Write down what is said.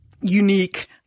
unique